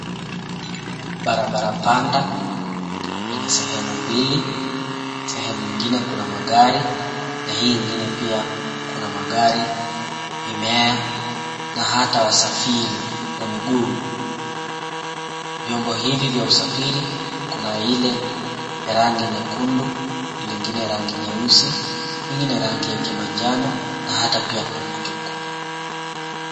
Barabara panda yenye sehemu mbili sehemu nyingine kuna magari na hii ingine pia kuna magari, mimea na hata wasafiri wa miguu. Viombo hivi vya usafiri kuna ile ya rangi nyekundu lingine rangi nyeusi lingine rangi ya kimanjano na hata pia tuktuk.